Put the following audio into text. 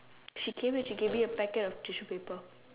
she came and she gave me a packet of tissue paper